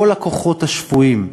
כל הכוחות השפויים,